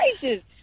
gracious